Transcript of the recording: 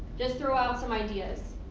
just throw out some ideas.